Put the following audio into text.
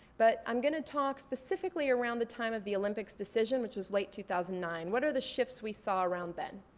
but i'm gonna talk specifically around the time of the olympics decision which is late two thousand and nine. what are the shifts we saw around then?